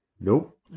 Nope